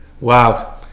Wow